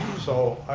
so,